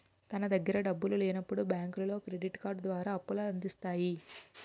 తన దగ్గర డబ్బులు లేనప్పుడు బ్యాంకులో క్రెడిట్ కార్డు ద్వారా అప్పుల అందిస్తాయి